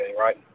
right